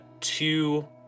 two